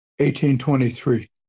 1823